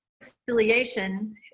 reconciliation